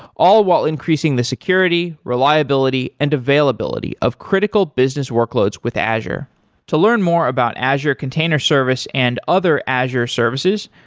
all while increasing the security, reliability and availability of critical business workloads with azure to learn more about azure container service and other azure services,